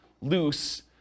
loose